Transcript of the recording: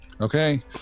Okay